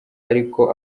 ariko